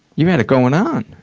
you had it going on.